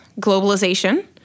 globalization